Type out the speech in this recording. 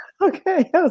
Okay